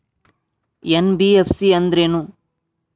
NBFC ಅಂದ್ರೇನು?